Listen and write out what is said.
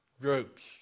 groups